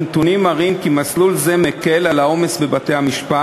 הנתונים מראים כי מסלול זה מקל את העומס בבתי-המשפט,